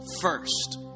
first